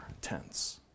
tense